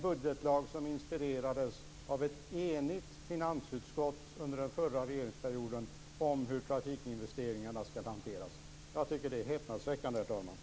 Lagen var inspirerad av ett enigt finansutskott under den förra regeringsperioden när det gällde hur trafikinvesteringarna skulle hanteras. Jag tycker att det här är häpnadsväckande, herr talman.